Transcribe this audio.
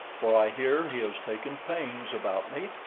for i hear he has taken pains about me,